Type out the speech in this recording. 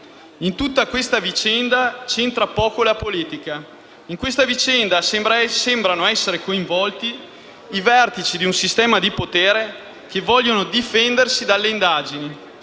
In tutta questa vicenda c'entra poco la politica. In questa vicenda sembrano essere coinvolti i vertici di un sistema di potere che vogliono difendersi dalle indagini,